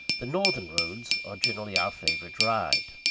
the northern roads are generally our favourite ride.